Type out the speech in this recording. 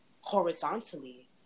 horizontally